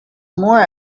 more